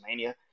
WrestleMania